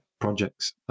projects